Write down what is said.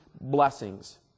blessings